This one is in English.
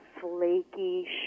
flaky